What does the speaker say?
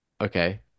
Okay